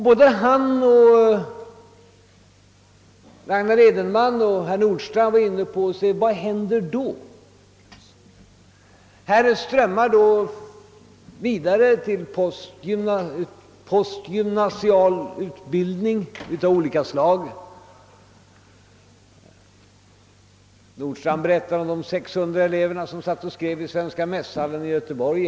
Både han, Ragnar Edenman och herr Nordstrandh var inne på frågan vad som då kommer att hända när folk strömmar vidare till postgymnasial utbildning av olika slag i en alltmer ökad utsträckning. Herr Nordstrandh berättade om de 600 elever som häromdagen satt och skrev engelska i Svenska mässhallen i Göteborg.